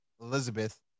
Elizabeth